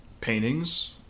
Paintings